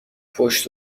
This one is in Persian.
پشت